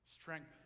Strength